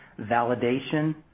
validation –